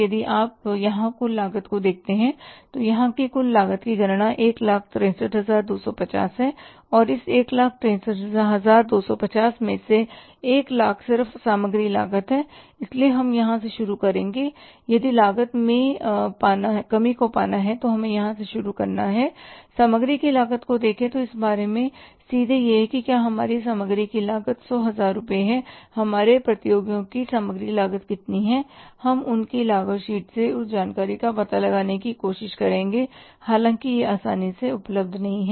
यदि आप यहां कुल लागत को देखते हैं तो यहां की कुल लागत की गणना 163250 है और इस 163250 में से एक लाख सिर्फ सामग्री लागत है इसलिए हम यहां से शुरू करेंगे यदि लागत में को पाना है तो हमें यहां से शुरू करना है सामग्री की लागत को देखें और इस बारे में सोचें कि क्या हमारी सामग्री की लागत सौ हजार रुपये है हमारे प्रतियोगियों की सामग्री लागत कितनी है हम उनकी लागत शीट से उस जानकारी का पता लगाने की कोशिश करेंगे हालांकि यह आसानी से उपलब्ध नहीं हैं